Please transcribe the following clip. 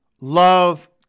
love